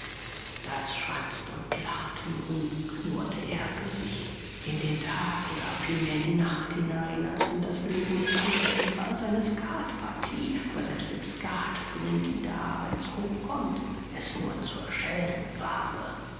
das schwatzt und lacht nun knurrte er für sich in den tag oder vielmehr in die nacht hinein als wenn das leben nichts anderes wäre als eine skatpartie aber selbst im skat bringen die da wenn's hoch kommt es nur zur